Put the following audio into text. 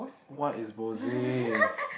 what is bosay